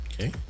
Okay